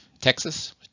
Texas